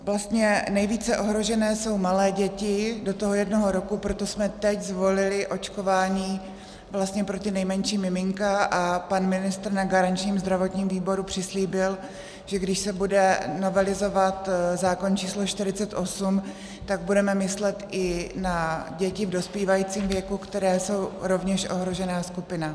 Vlastně nejvíce ohrožené jsou malé děti do jednoho roku, proto jsme teď zvolili očkování pro nejmenší miminka a pan ministr na garančním zdravotním výboru přislíbil, že když se bude novelizovat zákon číslo 48, tak budeme myslet i na děti v dospívajícím věku, které jsou rovněž ohrožená skupina.